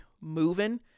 moving